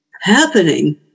happening